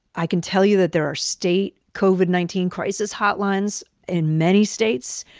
i can tell you that there are state covid nineteen crisis hotlines in many states.